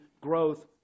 growth